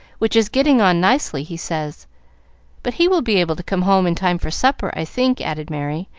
which is getting on nicely, he says but he will be able to come home in time for supper, i think, added merry,